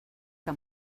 que